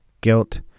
guilt